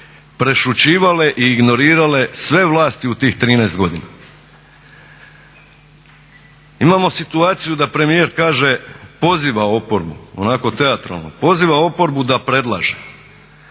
prešućivale i ignorirale sve vlasti u tih 13 godina. Imamo situaciju da premijer kaže poziva oporbu onako teatralno, poziva oporbu da predlaže,